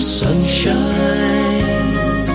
sunshine